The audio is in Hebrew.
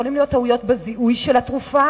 יכולות להיות טעויות בזיהוי התרופה,